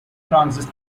transit